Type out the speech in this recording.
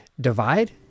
divide